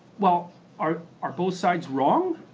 well are are both sides wrong?